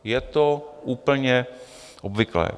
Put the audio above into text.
Je to úplně obvyklé.